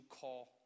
call